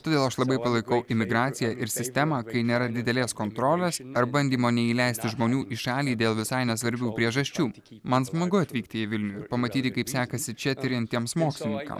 todėl aš labai palaikau imigraciją ir sistemą kai nėra didelės kontrolės ar bandymo neįleisti žmonių į šalį dėl visai nesvarbių priežasčių man smagu atvykti į vilnių ir pamatyti kaip sekasi čia tiriantiems mokslininkams taip pat aš ieškau